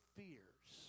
fears